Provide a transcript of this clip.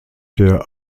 der